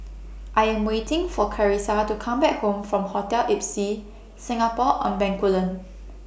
I Am waiting For Carisa to Come Back Home from Hotel Ibis Singapore on Bencoolen